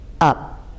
up